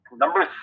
Number